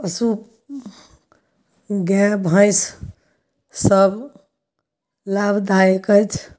पशु गाय भैंस सब लाभदायक अछि